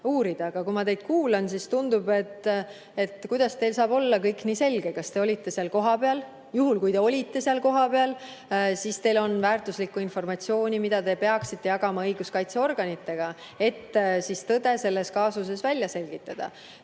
Aga kui ma teid kuulan, siis tekib küsimus, kuidas teil saab olla kõik nii selge. Kas te olite seal kohapeal? Juhul kui te olite seal kohapeal, siis teil on väärtuslikku informatsiooni, mida te peaksite jagama õiguskaitseorganitega, et tõde selles kaasuses välja selgitada. Ma